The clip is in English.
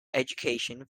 education